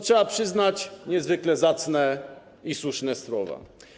Trzeba przyznać: niezwykle zacne i słuszne słowa.